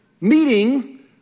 meeting